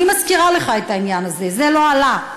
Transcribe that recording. אני מזכירה לך את העניין הזה, זה לא עלה.